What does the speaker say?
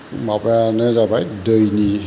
माबायानो जाबाय दैनि